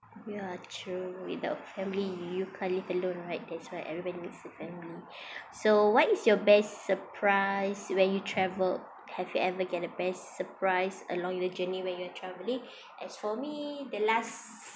ya true without family you can't live alone right that's why everybody needs a family so what is your best surprise when you travel have you ever get a best surprise along your journey when you're travelling as for me the last